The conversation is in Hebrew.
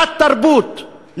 תת-תרבות,